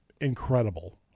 incredible